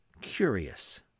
Curious